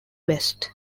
west